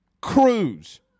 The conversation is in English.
Cruz